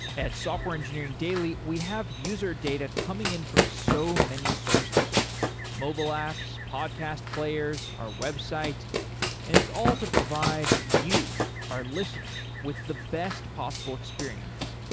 at software engineering daily, we have user data coming in from so many sources mobile apps, podcast players, our website and it's all to provide you, our listener, with the best possible experience,